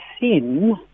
sin